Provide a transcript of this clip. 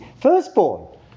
firstborn